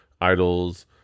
idols